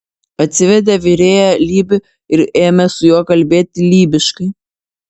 atsivedė virėją lybį ir ėmė su juo kalbėti lybiškai